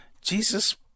Jesus